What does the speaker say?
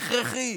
הכרחי,